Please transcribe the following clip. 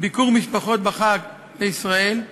ביקור משפחות בחג בישראל,